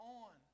on